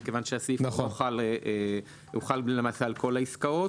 מכיוון שהסעיף יוחל על כל העסקאות.